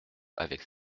avec